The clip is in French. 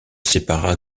sépara